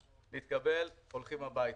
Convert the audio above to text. התקבל, מאשרים, הולכים הביתה.